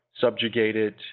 subjugated